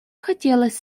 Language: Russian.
хотелось